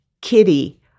Kitty